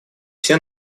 все